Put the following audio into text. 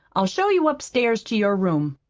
i'll show you upstairs to your room.